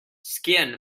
skin